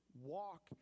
walk